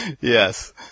Yes